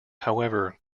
however